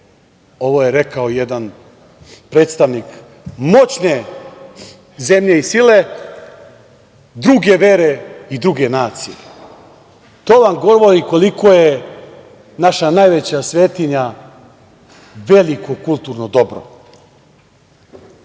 Ovo je rekao jedan predstavnik moćne zemlje i sile druge vere i druge nacije. To vam govori koliko je naša najveća svetinja veliko kulturno dobro. Ko